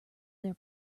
their